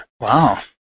Wow